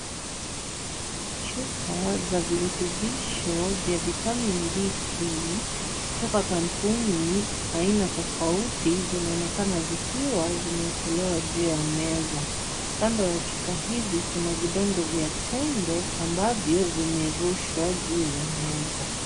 Chupa za virutubisho vya vitamin d 3 kutoka kampuni aina tofauti zinaonekana zikiwa zimewekelewa juu ya meza ,kando ya chupa hizi kuna vidonge vya tembe ambavyo vimerushwa juu ya meza.